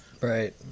Right